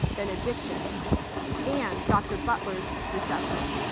benediction and dr. butler's recessional.